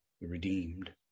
redeemed